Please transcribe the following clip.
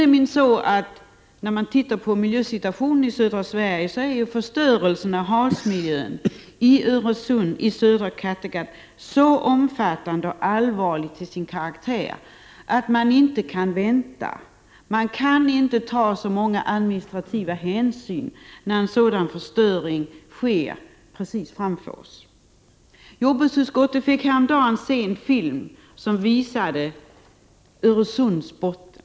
Miljösituationen i södra Sverige är sådan att förstöringen av havsmiljön i Öresund i södra Kattegatt är så omfattande och allvarlig till sin karaktär att man inte kan vänta, och man kan inte ta så många administrativa hänsyn när en sådan förstöring sker. Jordbruksutskottet fick häromdagen se en film som visade Öresunds botten.